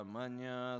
Manya